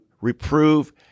reprove